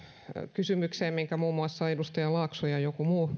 kysymykseen minkä muun muassa edustaja laakso ja joku muu